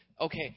okay